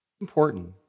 ...important